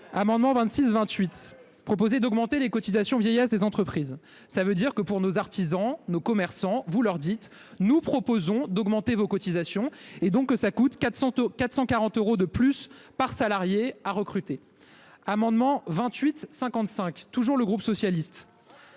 Amendement 26 28 proposé d'augmenter les cotisations vieillesse des entreprises ça veut dire que pour nos artisans nos commerçants. Vous leur dites. Nous proposons d'augmenter vos cotisations et donc ça coûte 400 au 440 euros de plus par salarié a recruté amendement 28 55 toujours, le groupe socialiste.